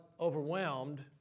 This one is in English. overwhelmed